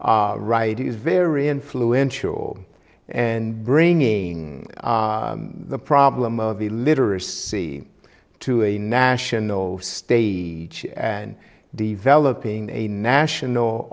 wright is very influential and bringing the problem of the literacy to a national stage and developing a national